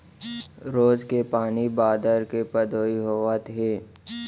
रोज के पानी बादर के पदोई होवत हे